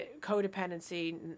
codependency